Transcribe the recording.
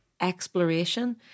Exploration